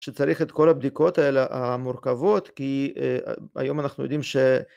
שצריך את כל הבדיקות האלה המורכבות כי היום אנחנו יודעים ש...